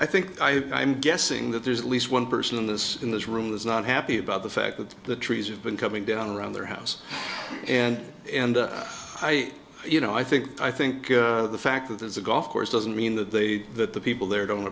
i think i am guessing that there's at least one person in this in this room is not happy about the fact that the trees have been coming down around their house and and i you know i think i think the fact that there's a golf course doesn't mean that they that the people there don't